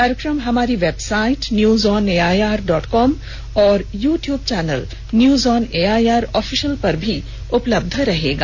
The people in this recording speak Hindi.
कार्यक्रम हमारी website news on AIR dot com और YouTube channel news on AIR official पर भी उपलब्ध रहेगा